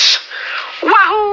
Wahoo